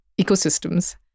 ecosystems